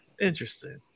Interesting